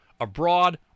abroad